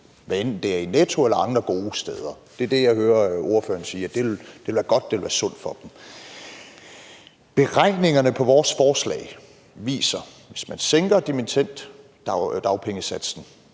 hvad enten det er i Netto eller andre gode steder – det er det, jeg hører ordføreren sige, altså at det ville være godt og sundt for dem. Beregningerne på vores forslag viser, at hvis man sænker dimittenddagpengesatsen